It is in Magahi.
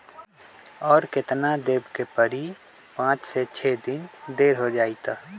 और केतना देब के परी पाँच से छे दिन देर हो जाई त?